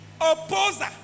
Opposer